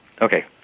Okay